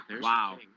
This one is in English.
Wow